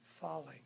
falling